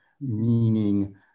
meaning